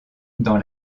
dans